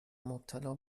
مبتلا